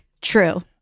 true